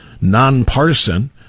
nonpartisan